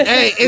Hey